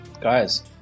guys